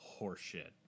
horseshit